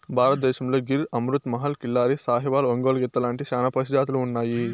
భారతదేశంలో గిర్, అమృత్ మహల్, కిల్లారి, సాహివాల్, ఒంగోలు గిత్త లాంటి చానా పశు జాతులు ఉన్నాయి